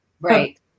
right